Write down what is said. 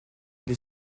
les